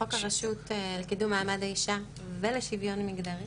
חוק הרשות לקידום מעמד האישה ולשוויון מגדרי